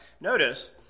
notice